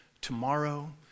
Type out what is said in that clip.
tomorrow